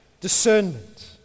Discernment